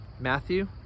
Matthew